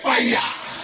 Fire